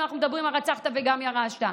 אם אנחנו מדברים על "הרצחת וגם ירשת".